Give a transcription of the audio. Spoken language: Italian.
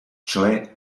cioè